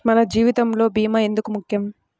మన జీవితములో భీమా ఎందుకు ముఖ్యం?